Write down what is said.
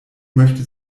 möchte